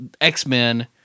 X-Men